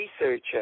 researcher